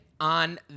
on